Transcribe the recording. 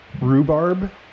Rhubarb